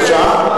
בבקשה?